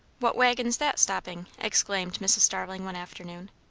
what waggon's that stopping? exclaimed mrs. starling one afternoon.